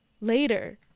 later